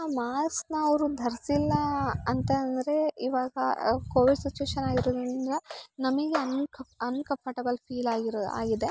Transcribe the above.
ಆ ಮಾಸ್ಕ್ನ ಅವರು ಧರಿಸಿಲ್ಲ ಅಂತಂದರೆ ಇವಾಗ ಕೋವಿಡ್ ಸಿಚ್ವೇಶನ್ ಆಗಿರೋದರಿಂದ ನಮಗೆ ಅನ್ ಕಫ್ ಅನ್ಕಂಫಟೇಬೆಲ್ ಫೀಲ್ ಆಗಿರೊ ಆಗಿದೆ